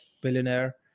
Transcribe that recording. billionaire